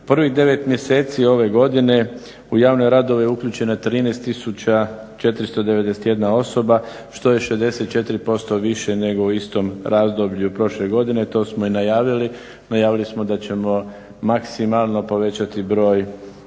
Prvih 9 mjeseci ove godine u javne radove uključeno je 13491 osoba što je 64% više nego u istom razdoblju prošle godine, to smo i najavili. Najavili smo da ćemo maksimalno povećati broj